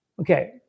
Okay